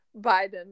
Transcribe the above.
Biden